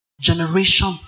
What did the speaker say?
generation